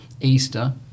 Easter